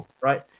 Right